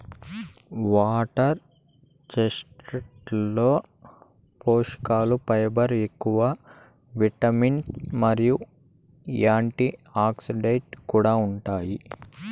water చెస్ట్నట్లలో పోషకలు fibre ఎక్కువ, విటమిన్లు మరియు యాంటీఆక్సిడెంట్లు కూడా ఉంటాయి